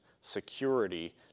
security